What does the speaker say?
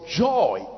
joy